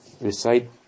recite